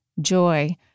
joy